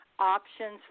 options